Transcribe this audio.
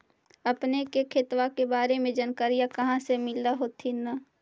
अपने के खेतबा के बारे मे जनकरीया कही से मिल होथिं न?